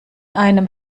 einem